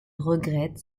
regrette